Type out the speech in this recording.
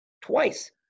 twice